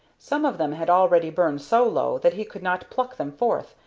some of them had already burned so low that he could not pluck them forth,